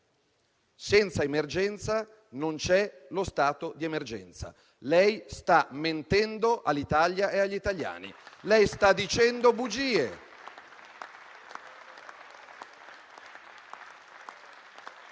senza emergenza non c'è lo stato di emergenza. Lei sta mentendo all'Italia e agli italiani. Lei sta dicendo bugie.